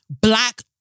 Black